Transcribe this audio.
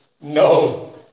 no